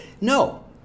No